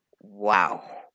Wow